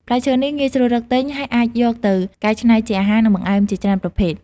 ផ្លែឈើនេះងាយស្រួលរកទិញ ហើយអាចយកទៅកែច្នៃជាអាហារ និងបង្អែមជាច្រើនប្រភេទ។